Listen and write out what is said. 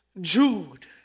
Jude